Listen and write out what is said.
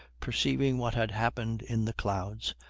perceiving what had happened in the clouds,